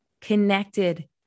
connected